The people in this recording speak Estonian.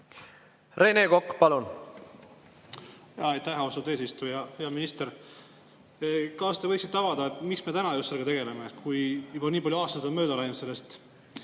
Rene Kokk, palun!